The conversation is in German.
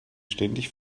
ständig